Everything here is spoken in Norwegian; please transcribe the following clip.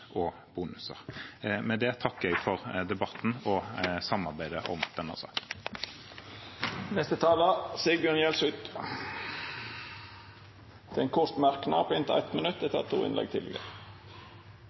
og bonuser. Med det takker jeg for debatten og samarbeidet om denne saken. Representanten Sigbjørn Gjelsvik har hatt ordet to gonger tidlegare og får ordet til ein kort merknad, avgrensa til 1 minutt.